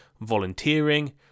volunteering